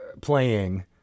playing